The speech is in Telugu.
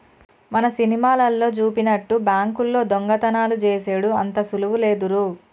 మన సినిమాలల్లో జూపినట్టు బాంకుల్లో దొంగతనాలు జేసెడు అంత సులువు లేదురో